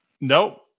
Nope